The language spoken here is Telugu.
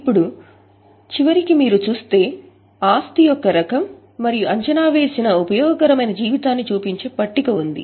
ఇప్పుడు చివరికి మీరు చూస్తే ఆస్తి రకం మరియు అంచనా వేసిన ఉపయోగకరమైన జీవితాన్ని చూపించే పట్టిక ఉంది